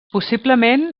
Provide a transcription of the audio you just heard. possiblement